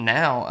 now